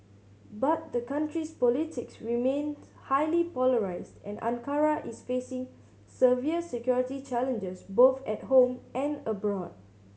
but the country's politics remains highly polarised and Ankara is facing severe security challenges both at home and abroad